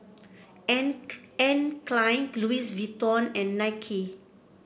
Anne Anne Klein Louis Vuitton and Nike